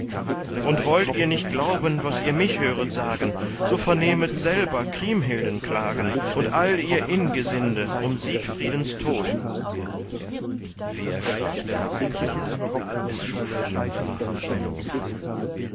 und wollt ihr nicht glauben was ihr mich höret sagen so vernehmet selber kriemhilden klagen und all ihr ingesinde um siegfriedens tod wie erschrak da siegmund es schuf ihm wahrhafte not